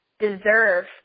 deserve